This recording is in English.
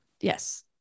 Yes